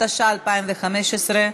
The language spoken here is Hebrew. התשע"ה 2015,